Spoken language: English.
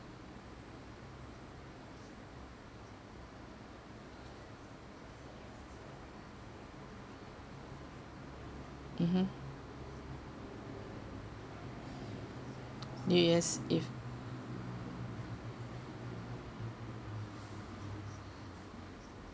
mmhmm new year's eve